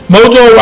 Mojo